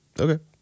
Okay